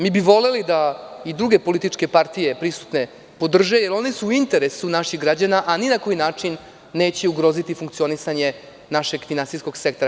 Mi bi voleli da i druge političke partije prisutne to podrže, jer one su u interesu naših građana, a ni na koji način neće ugroziti funkcionisanje našeg finansijskog sektora.